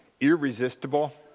irresistible